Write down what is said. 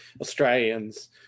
Australians